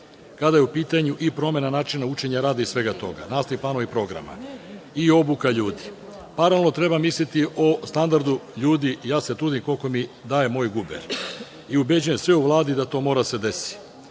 kada je u pitanju promena načina učenja, rada i svega toga, nastavnog plana i programa i obuka ljudi. Paralelno treba misliti o standardu ljudi i ja se trudim koliko mi daje moj guber i ubeđujem sve u Vladi da to mora da se desi.